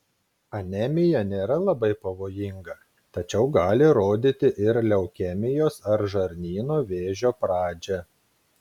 anemija nėra labai pavojinga tačiau gali rodyti ir leukemijos ar žarnyno vėžio pradžią